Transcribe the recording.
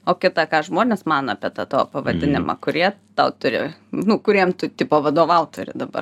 o kita ką žmonės mano apie tą tavo pavadinimą kurie tau turi nu kuriem tu tipo vadovaut turi dabar